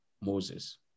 Moses